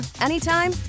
anytime